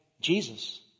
Jesus